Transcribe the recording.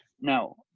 Now